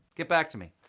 get back to me.